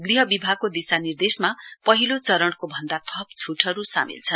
गृह विभागको दिशानिर्देशमा पहिलो चरणको भन्दा थप छ्टहरू सामेल छन्